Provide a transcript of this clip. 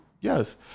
yes